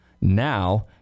now